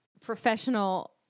professional